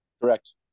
Correct